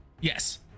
Yes